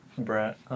brat